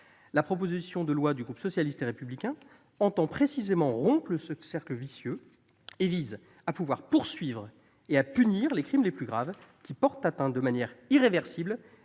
La proposition de loi du groupe socialiste et républicain entend précisément rompre ce cercle vicieux. Elle vise à poursuivre et à punir les crimes les plus graves, qui portent atteinte de manière irréversible